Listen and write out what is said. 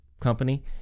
company